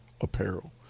apparel